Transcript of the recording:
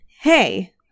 hey